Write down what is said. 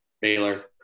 Baylor